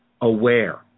aware